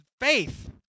faith